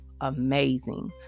amazing